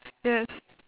yes